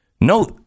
No